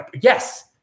Yes